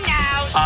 now